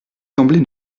semblez